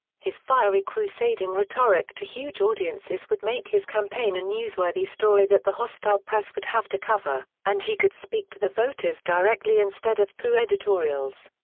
his fiery crusading rhetoric to huge audiences would make his campaign a newsworthy story that the hostile press would have to cover, and he could speak to the voters directly instead of through editorials.